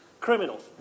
Criminals